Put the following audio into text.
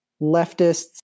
leftists